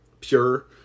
pure